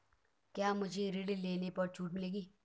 क्या मुझे ऋण लेने पर छूट मिलेगी?